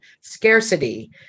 scarcity